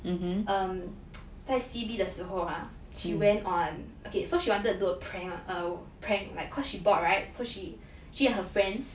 um 在 C_B 的时候 ah she went on okay so she wanted to do a prank ah like cause she bored right so she she and her friends